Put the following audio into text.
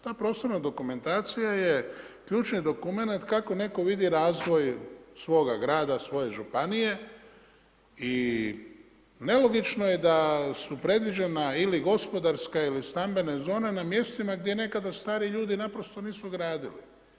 Ta prostorna dokumentacija je ključni dokument, kako netko vidi razvoj svoga g rada, svoje županije i nelogično je da su predviđena ili gospodarska ili stambena zona, na mjestima gdje nekada striji ljudi, naprosto nisu gradili.